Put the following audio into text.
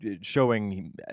showing